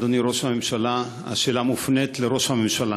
אדוני ראש הממשלה, השאלה מופנית לראש הממשלה.